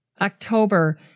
October